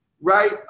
right